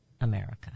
America